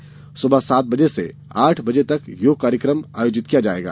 यहां सुबह सात बजे से आठ बजे तक योग कार्यक्रम आयोजित किया जायेगा